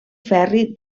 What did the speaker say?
ferri